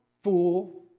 fool